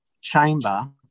chamber